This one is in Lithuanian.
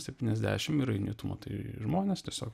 septyniasdešim ir eini tu matai žmones tiesiog